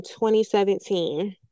2017